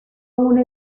una